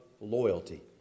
loyalty